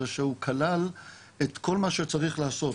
זה שהוא כלל את כל מה שצריך לעשות,